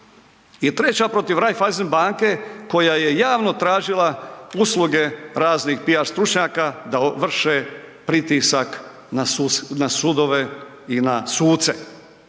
treća protiv Raiffeisen banke koja je javno tražila usluge raznih PR stručnjaka da vrše pritisak na sudove i na suce.